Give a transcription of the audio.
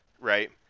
right